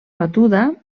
batuda